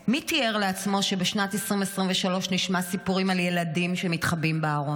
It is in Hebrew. מי תיאר לעצמו שבשנת 2023 נשמע סיפורים על ילדים שמתחבאים בארון?